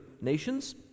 nations